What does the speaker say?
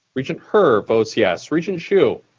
regent her votes yes. regent hsu?